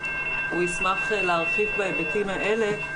הוא ישמח להרחיב בהיבטים האלה,